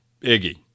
Iggy